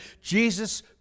Jesus